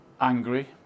angry